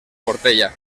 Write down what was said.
portella